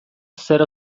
zer